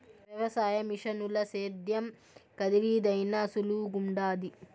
వ్యవసాయ మిషనుల సేద్యం కరీదైనా సులువుగుండాది